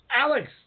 Alex